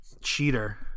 cheater